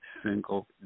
single